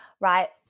right